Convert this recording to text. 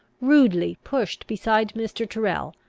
rudely pushed beside mr. tyrrel,